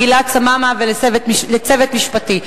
גלעד סממה ולצוות משרדי.